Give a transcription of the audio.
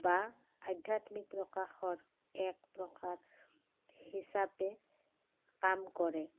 বা আধ্যাত্মিক প্ৰকাশৰ এক প্ৰসাৰ হিচাপে কাম কৰে